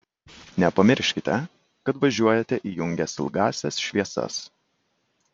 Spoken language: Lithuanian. nepamirškite kad važiuojate įjungęs ilgąsias šviesas